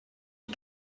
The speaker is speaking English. you